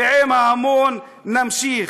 ועם ההמון נמשיך.